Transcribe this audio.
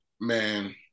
Man